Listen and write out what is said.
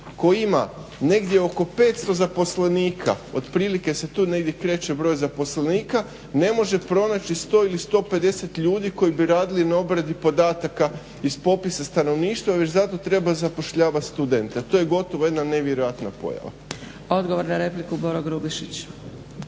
koji ima negdje oko 500 zaposlenika otprilike se tu negdje kreće broj zaposlenika ne može pronaći 100 ili 150 ljudi koji bi radili na obradi podataka iz popisa stanovništva, već zato treba zapošljavat studente. To je gotovo jedna nevjerojatna pojava. **Zgrebec, Dragica (SDP)** Odgovor na repliku Boro Grubišić.